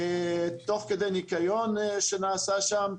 תוך כדי ניקיון שנעשה שם,